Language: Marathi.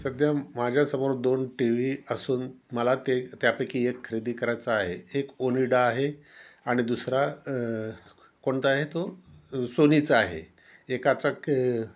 सध्या माझ्यासमोर दोन टी व्ही असून मला ते त्यापैकी एक खरेदी करायचा आहे एक ओनिडा आहे आणि दुसरा कोणता आहे तो सोनीचा आहे एकाचा क